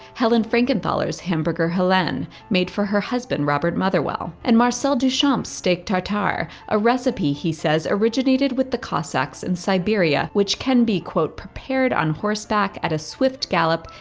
helen frankenthaler's hamburger helene, made for her husband, robert motherwell, and marcel duchamp's steak tartare, a recipe he says originated with the cossacks in siberia, which can be quote, prepared on horseback at a swift gallop,